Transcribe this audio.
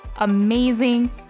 amazing